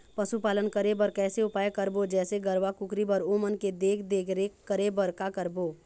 पशुपालन करें बर कैसे उपाय करबो, जैसे गरवा, कुकरी बर ओमन के देख देख रेख करें बर का करबो?